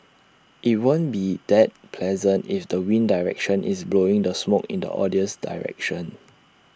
IT won't be that pleasant if the wind direction is blowing the smoke in the audience's direction